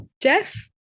Jeff